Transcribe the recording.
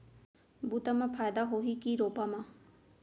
बुता म फायदा होही की रोपा म?